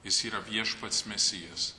jis yra viešpats mesijas